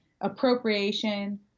appropriation